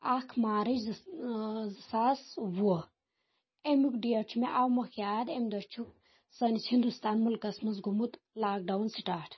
اَکھ مارٕچ زٕ زٕ ساس وُہ اَمیُک ڈیٚٹ چھُ مےٚ اَوٕ مۅکھ یاد اَمہِ دۄہ چھُ سٲنِس ہنٛدوستان مُلکس منٛز گوٚومُت لاک ڈاوُن سِٹاٹ